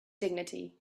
dignity